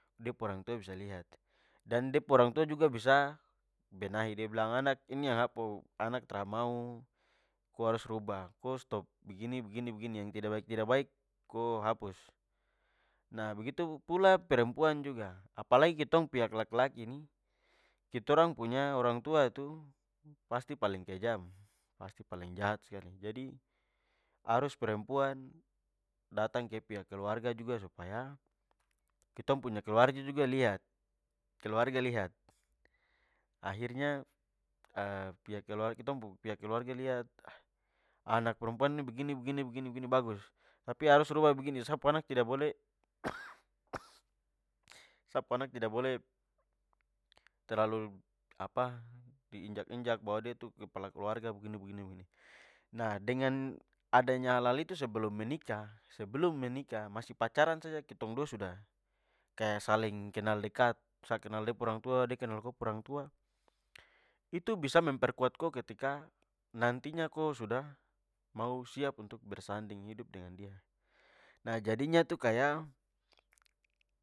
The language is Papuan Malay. De pu orang tua bisa lihat dan de pu orang tua juga bisa benahi. Anak, ini yang sa pu anak tra mau. Ko harus rubah, ko stop begini, begini, begini. Yang tidak baik, ko hapus! Nah, begitu pula perempuan juga, apalagi ketong pihak laki-laki nih, kitorang punya orang tua itu pasti paling kejam, pasti paling jahat skali. Jadi, harus perempuan datang ke pihak keluarga juga supaya kerong punya keluarga juga liat, keluarga lihat- akhirnya pihak keluarga tong pu pihak keluarga lihat ah anak perempuan ini begini, begini, begini, begini bagus! Tapi harus rubah begini, sa pu anak tidak boleh sa pu anak tidak boleh terlalu apa diinjak-injak bahwa dia itu kepala keluarga, begini, begini, begini. Nah dengan adanya hal-hal itu sebelum menikah sebelum menikah- masih pacaran saja ketong dua sudah kaya saling kenal dekat, sa kenal de pu orang tua, de kenal ko pu orang tua. Itu bisa memperkuat ko, ketika nantinya ko sudah mau siap untuk bersanding hidup dengan dia. Nah jadinya tu kaya